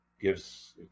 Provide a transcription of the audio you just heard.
gives